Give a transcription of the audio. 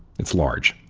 it's large.